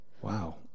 Wow